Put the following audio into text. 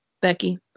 Becky